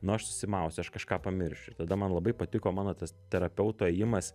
nu aš susimausiu aš kažką pamiršiu tada man labai patiko mano tas terapeuto ėjimas